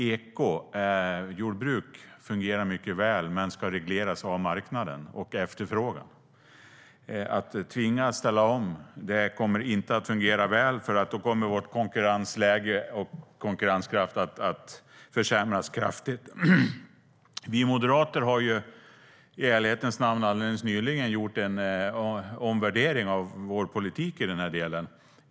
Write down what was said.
Ekojordbruk fungerar mycket väl men ska regleras av marknaden och efterfrågan. Att tvingas ställa om kommer inte att fungera väl. Då kommer nämligen vårt konkurrensläge och vår konkurrenskraft att försämras kraftigt. Vi moderater har i ärlighetens namn alldeles nyligen gjort en omvärdering av vår politik i denna del.